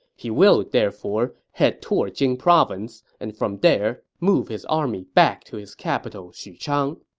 he will therefore head toward jing province, and from there, move his army back to his capital xuchang.